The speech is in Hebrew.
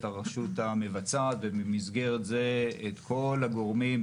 הרשות המבצעת ובמסגרת זה את כל הגורמים,